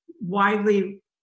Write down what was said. widely